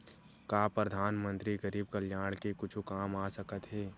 का परधानमंतरी गरीब कल्याण के कुछु काम आ सकत हे